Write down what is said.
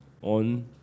on